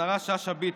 השרה שאשא ביטון,